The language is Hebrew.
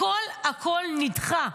הכול הכול נדחה.